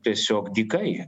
tiesiog dykai